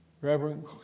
Reverend